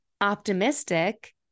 optimistic